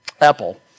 Apple